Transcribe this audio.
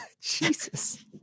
Jesus